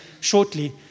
shortly